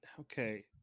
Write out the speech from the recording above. Okay